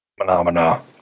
Phenomena